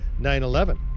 9-11